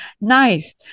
nice